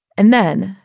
and then,